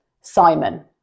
Simon